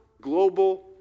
global